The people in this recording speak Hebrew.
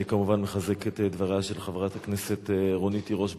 אני כמובן מחזק את דבריה של חברת הכנסת רונית תירוש בעניין,